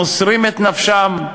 מוסרים את נפשם.